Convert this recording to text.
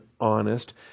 honest